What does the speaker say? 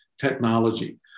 technology